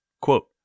Quote